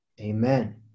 Amen